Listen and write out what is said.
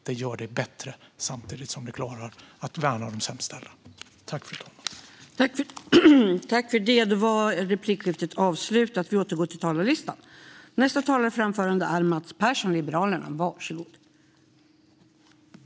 Det gör det bättre samtidigt som det klarar att värna om dem som har det sämst ställt.